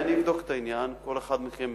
אני אבדוק את העניין, כל אחד מכם